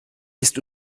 ist